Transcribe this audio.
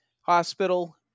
Hospital